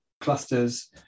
clusters